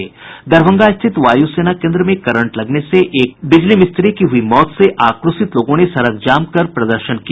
दरभंगा स्थित वायू सेना केन्द्र में करंट लगने से एक बिजली मिस्त्री की हुई मौत से आक्रोशित लोगों ने सड़क जाम कर प्रदर्शन किया